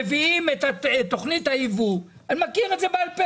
מביאים את תוכנית הייבוא אני מכיר את זה בעל פה